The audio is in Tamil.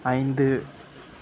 ஐந்து